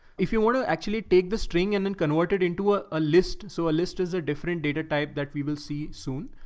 if you want to actually take the string and then convert it into ah a list. so a list is a different data type that we will see soon.